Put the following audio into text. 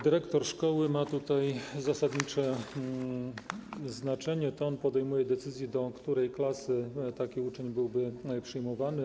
Dyrektor szkoły ma tutaj zasadnicze znaczenie, to on podejmuje decyzję, do której klasy taki uczeń byłby przyjmowany.